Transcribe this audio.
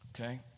Okay